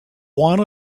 one